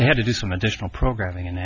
they had to do some additional programming